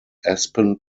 aspen